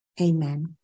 Amen